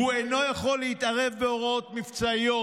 הוא אינו יכול להתערב בהוראות מבצעיות,